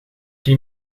die